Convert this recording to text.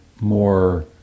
more